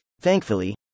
Thankfully